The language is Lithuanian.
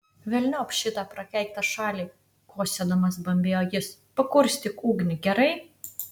velniop šitą prakeiktą šalį kosėdamas bambėjo jis pakurstyk ugnį gerai